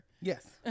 Yes